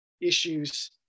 issues